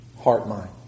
heart-mind